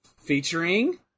Featuring